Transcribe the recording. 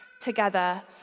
together